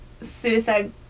suicide